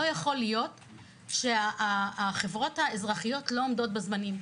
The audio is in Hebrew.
לא יכול להיות שהחברות האזרחיות לא עומדות בזמנים.